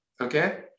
Okay